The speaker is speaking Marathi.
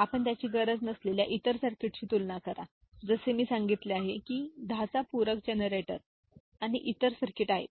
आपण त्याची गरज नसलेल्या इतर सर्किटशी तुलना करा जसे मी सांगितले आहे की 10s पूरक जनरेटर आणि इतर सर्किट आहेत